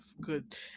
good